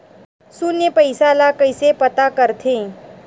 शून्य पईसा ला कइसे पता करथे?